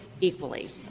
equally